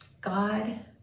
God